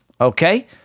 Okay